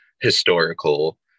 historical